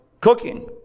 cooking